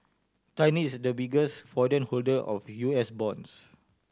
China is the biggest foreign holder of U S bonds